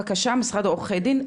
בבקשה משרד עורכי דין,